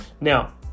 Now